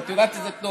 ואת יודעת את זה טוב.